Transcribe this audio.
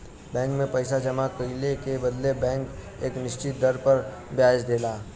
bank में पइसा जमा कइले के बदले बैंक एक निश्चित दर पर ब्याज देला